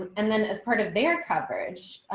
and then as part of their coverage.